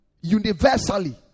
universally